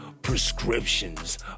prescriptions